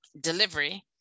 delivery